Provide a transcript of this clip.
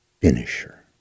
finisher